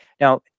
now